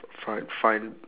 find find